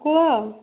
କୁହ